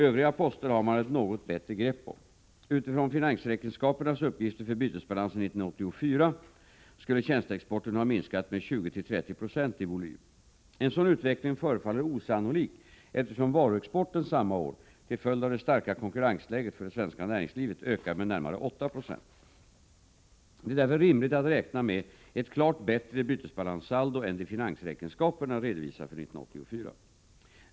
Övriga poster har man ett något bättre grepp om. Utifrån finansräkenskapernas uppgifter för bytesbalansen 1984 skulle tjänsteexporten ha minskat med 20-30 20 i volym 1984. En sådan utveckling förefaller osannolik, eftersom varuexporten samma år, till följd av det starka konkurrensläget för det svenska näringslivet, ökade med närmare 8 90 1984. Det är därför rimligt att räkna med ett klart bättre bytesbalanssaldo än det finansräkenskaperna redovisar för 1984.